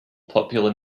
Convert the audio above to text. popular